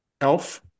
Elf